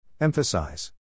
Emphasize